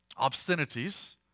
Obscenities